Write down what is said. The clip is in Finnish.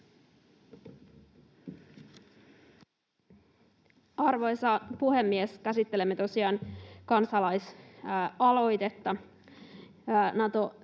Arvoisa puhemies! Käsittelemme tosiaan kansalaisaloitetta